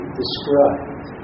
described